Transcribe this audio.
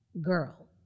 Girl